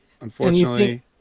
unfortunately